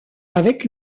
avec